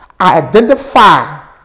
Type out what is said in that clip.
identify